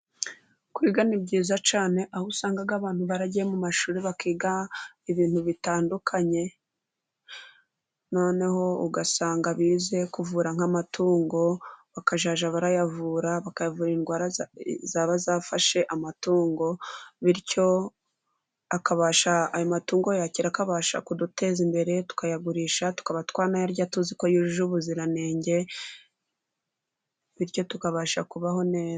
Kwiga ni byiza cyane, aho usanga abantu baragiye mu mashuri bakiga ibintu bitandukanye ,noneho ugasanga bize kuvura nk'amatungo . Bakazajya barayavura ,bakavura indwara zaba zafashe amatungo. Bityo ayo matungo yakira, akabasha kuduteza imbere, tukayagurisha ,tukaba twayarya tuzi ko yujuje ubuziranenge . Bityo tukabasha kubaho neza.